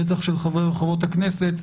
בטח של חברי וחברות הכנסת,